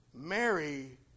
Mary